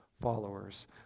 followers